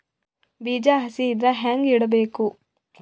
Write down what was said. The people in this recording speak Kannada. ಬೀಜ ಹಸಿ ಇದ್ರ ಹ್ಯಾಂಗ್ ಇಡಬೇಕು?